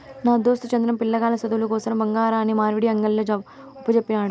నా దోస్తు చంద్రం, పిలగాల్ల సదువుల కోసరం బంగారాన్ని మార్వడీ అంగిల్ల ఒప్పజెప్పినాడు